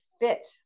fit